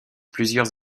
plusieurs